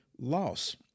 loss